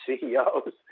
CEOs